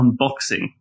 unboxing